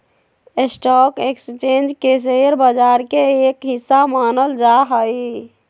stock exchange के share बाजार के एक हिस्सा मानल जा हई